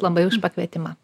labai už pakvietimą